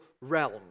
realm